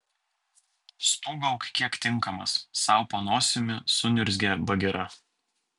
stūgauk kiek tinkamas sau po nosimi suniurzgė bagira